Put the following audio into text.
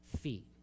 feet